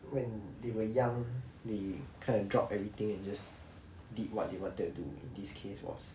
when they were young they kind of drop everything and just did what they wanted to do this case was